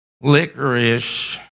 licorice